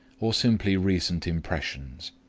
or simply recent impressions.